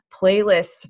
playlists